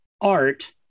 art